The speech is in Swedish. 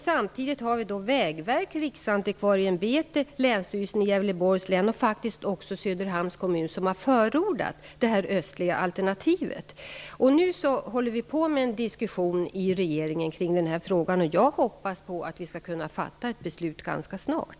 Samtidigt har Vägverket, Riksantikvarieämbetet, Länsstyrelsen i Gävleborgs län och faktiskt också Söderhamns kommun förordat det östliga alternativet. Vi diskuterar nu den här frågan i regeringen, och jag hoppas på att vi skall kunna fatta ett beslut ganska snart.